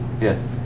Yes